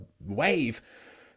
wave